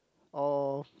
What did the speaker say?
or